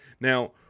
now